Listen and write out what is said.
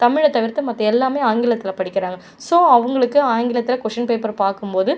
தமிழை தவிர்த்து மற்ற எல்லாமே ஆங்கிலத்தில் படிக்கிறாங்க ஸோ அவங்களுக்கு ஆங்கிலத்தில் கொஷ்ஷின் பேப்பர் பார்க்கும்போது